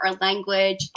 language